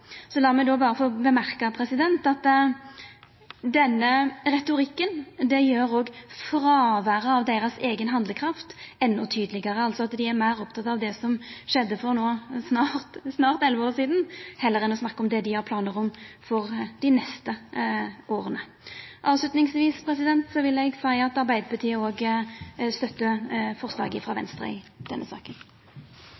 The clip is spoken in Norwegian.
meg berre få seia at denne retorikken gjer òg fråværet av deira eigen handlekraft endå tydelegare – altså at dei er meir opptekne av det som skjedde for snart elleve år sidan, heller enn av å snakka om det dei har planar om for dei neste åra. Avslutningsvis vil eg òg seia at Arbeidarpartiet støttar forslaget